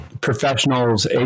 professionals